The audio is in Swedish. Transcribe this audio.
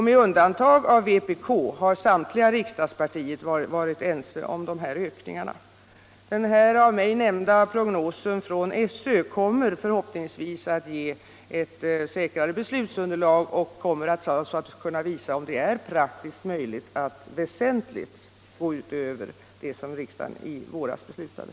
Med undantag av vpk har samtliga riksdagspartier varit ense om dessa ökningar. Den här av mig nämnda prognosen från SÖ kommer förhoppningsvis att ge ett säkrare beslutsunderlag och att visa om det är praktiskt möjligt att väsentligt gå utöver vad riksdagen i våras beslutade.